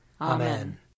Amen